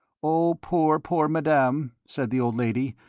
oh, poor, poor madame, said the old lady,